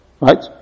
Right